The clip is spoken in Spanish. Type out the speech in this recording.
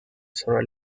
sobre